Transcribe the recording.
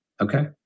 Okay